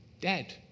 Dead